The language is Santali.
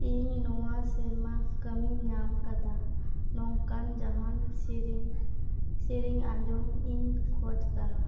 ᱤᱧ ᱱᱚᱣᱟ ᱥᱮᱨᱢᱟ ᱠᱟᱹᱢᱤᱧ ᱧᱟᱢ ᱟᱠᱟᱫᱟ ᱱᱚᱝᱠᱟᱱ ᱡᱟᱦᱟᱱ ᱥᱮᱨᱮᱧ ᱥᱮᱨᱮᱧ ᱟᱸᱡᱚᱢ ᱤᱧ ᱠᱷᱚᱡᱽ ᱠᱟᱱᱟ